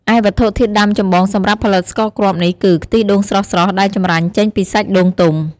ឯវត្ថុធាតុដើមចម្បងសម្រាប់ផលិតស្ករគ្រាប់នេះគឺ ខ្ទិះដូងស្រស់ៗដែលចម្រាញ់ចេញពីសាច់ដូងទុំ។